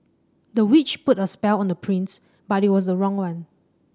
the witch put a spell on the prince but it was a wrong one